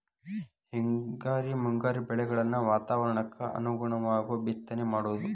ಹಿಂಗಾರಿ ಮುಂಗಾರಿ ಬೆಳೆಗಳನ್ನ ವಾತಾವರಣಕ್ಕ ಅನುಗುಣವಾಗು ಬಿತ್ತನೆ ಮಾಡುದು